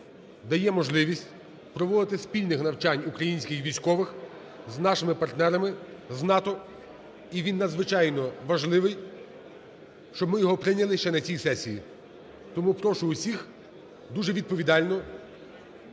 дає можливість проводити спільних навчальних українських військових з нашими партнерами з НАТО, і він надзвичайно важливий, щоб ми його прийняли ще на цій сесії. Тому прошу всіх дуже відповідально